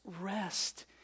rest